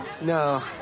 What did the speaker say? No